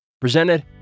presented